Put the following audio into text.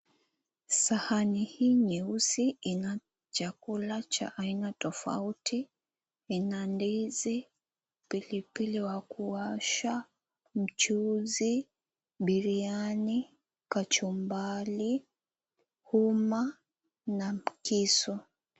Sahani hii nyeusi ina chakula cha aina tofauti. Ina ndizi, pilipili wa kuwasha, mchuzi, biriani, kachumbari, uma na kisu.